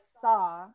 saw